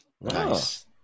nice